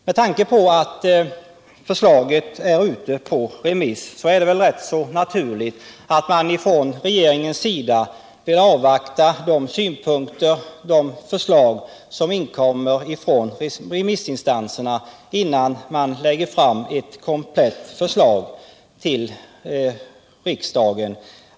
Med tanke på att förslaget är ute på remiss är det rätt naturligt att regeringen vill avvakta de synpunkter och de förslag som inkommer från remissinstanserna innan man lägger fram ett komplett förslag till riksdagen.